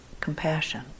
compassion